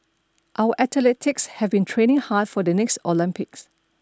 our athletes have been training hard for the next Olympics